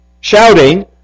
shouting